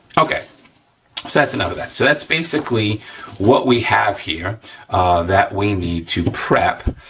okay, so that's enough of that. so, that's basically what we have here that we need to prep,